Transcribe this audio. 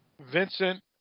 Vincent